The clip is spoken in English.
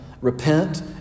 repent